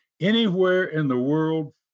anywhere-in-the-world